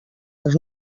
els